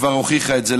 כבר הוכיחה את זה.